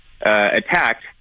attacked